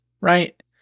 right